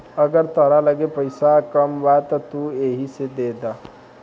अगर तहरा लगे पईसा कम बा त तू एही से देद